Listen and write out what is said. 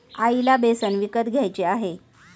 आईला बेसन विकत घ्यायचे आहे